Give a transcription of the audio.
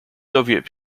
soviet